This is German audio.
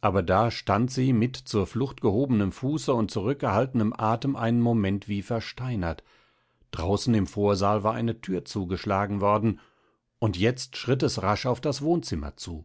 aber da stand sie mit zur flucht gehobenem fuße und zurückgehaltenem atem einen moment wie versteinert draußen im vorsaal war eine thür zugeschlagen worden und jetzt schritt es rasch auf das wohnzimmer zu